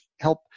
help